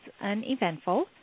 uneventful